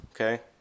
okay